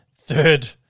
third